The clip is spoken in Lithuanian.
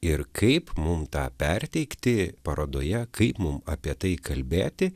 ir kaip mum tą perteikti parodoje kaip mum apie tai kalbėti